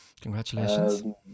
Congratulations